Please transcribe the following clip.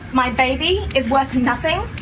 my baby is worth nothing?